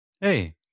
Hey